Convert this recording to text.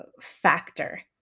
factor